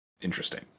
interesting